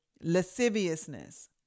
lasciviousness